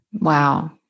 Wow